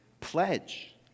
pledge